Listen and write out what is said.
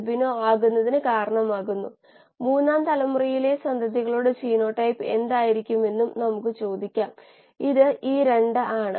ഫോസ്ഫറസിന്റെ മൂല്യം 5 ആണ് സൾഫർ 6 ആണ് CO2 0 ഉം H2O 0 ഉം ആണ്